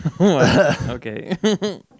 Okay